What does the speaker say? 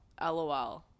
LOL